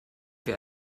wir